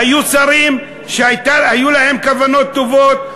היו שרים שהיו להם כוונות טובות,